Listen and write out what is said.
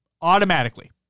Automatically